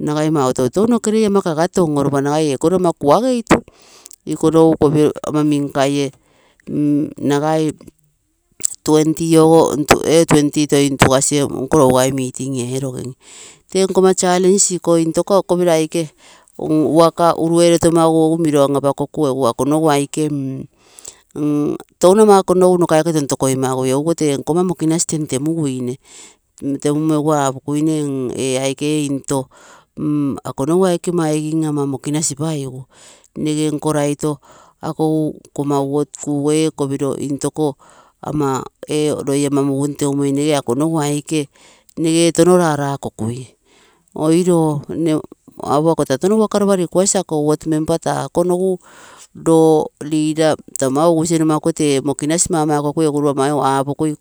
Nagai mautou nokerei toi ama kagatom oo nagai ekoro ama kuageitu, ikonogu kopiro ama mim kaiee mm nagai twenty toi ntugasi nkogai toi meeting erogim. Tee nkoma challenge iko intoko inko kopimo aike work uru erotomaigu egu mino an apakoku, iko nogu aike touno ama no kaike ton tokoi magui nkoma mokinasi temtemuguine, temumo egu apokuine ee aike ee into akonogu aike maigim ama mokinasi paigu. Nnege nkoraito akou nkoma wot kuge ee kopiro intokoo ee loi ama mugum teumoi nese apokuine akonogu aike nege touno rarakokui oiro apo ako amo taa worka touno ropa rekuasi ako wot member taa ikonogu loo leader taa mau ugusie ee mokinas mama kegui egu mau apokui